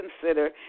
consider